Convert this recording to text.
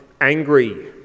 angry